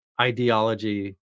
ideology